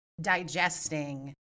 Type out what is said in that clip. digesting